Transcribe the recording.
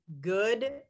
good